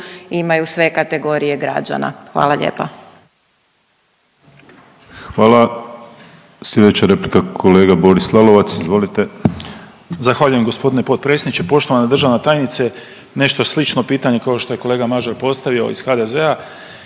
imaju sve kategorije građana. Hvala lijepa. **Penava, Ivan (DP)** Hvala. Sljedeća replika kolega Boris Lalovac. Izvolite. **Lalovac, Boris (SDP)** Zahvaljujem g. potpredsjedniče. Poštovana državna tajnice. Nešto slično pitanje kao što je kolega Mažar postavio iz HDZ-a.